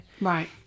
Right